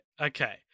Okay